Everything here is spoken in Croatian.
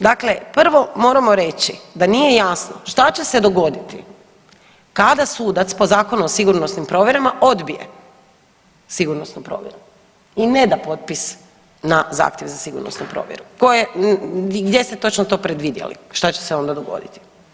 Dakle, prvo moramo reći da nije jasno šta će se dogoditi kada sudac po Zakonu o sigurnosnim provjerama odbije sigurnosnu provjeru i ne da potpis na zahtjev za sigurnosnu provjeru, gdje ste točno to predvidjeli šta će se onda dogoditi?